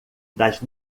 das